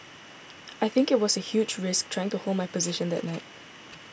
I think it was a huge risk trying to hold my position that night